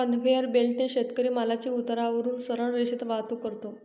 conveyor बेल्टने शेतकरी मालाची उतारावरून सरळ रेषेत वाहतूक करतो